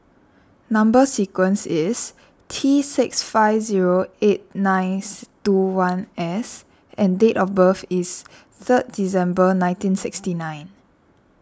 Number Sequence is T six five zero eight nice two one S and date of birth is third December nineteen sixty nine